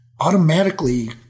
automatically